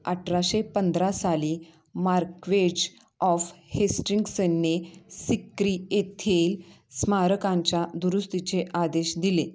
अठराशे पंधरा साली मार्कवेज ऑफ हेस्ट्रिंग्सनने सिक्री येथील स्मारकांच्या दुरुस्तीचे आदेश दिले